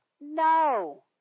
No